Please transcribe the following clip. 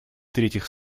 третьих